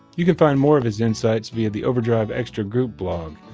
you can find more of his insights via the overdrive extra group blog,